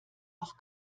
auch